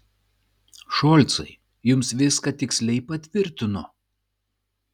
šolcai jums viską tiksliai patvirtino